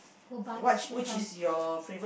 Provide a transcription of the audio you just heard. goodbye what's goodbye